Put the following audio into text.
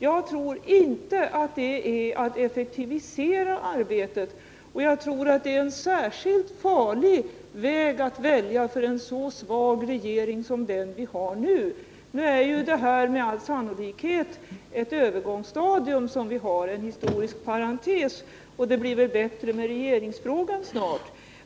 Jag tror inte det är att effektivisera arbetet, och jag tror det är en särskilt farlig väg att välja för en så svag regering som den vi har nu. Det är ju med all sannolikhet ett övergångsstadium som vi har här — en historisk parentes — och det blir väl bättre med regeringsfrågan snart.